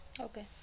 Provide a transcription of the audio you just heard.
Okay